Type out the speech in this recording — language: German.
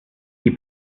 die